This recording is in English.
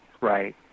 right